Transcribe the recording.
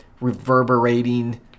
reverberating